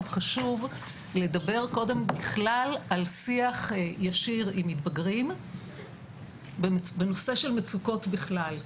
חשוב לדבר קודם בכלל על שיח ישיר עם מתבגרים בנושא של מצוקות בכלל,